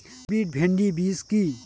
Hybrid ভীন্ডি বীজ কি?